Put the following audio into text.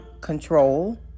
control